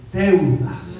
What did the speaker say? deudas